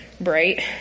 bright